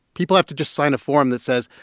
people have to just sign a form that says,